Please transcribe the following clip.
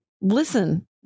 listen